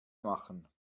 machen